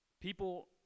People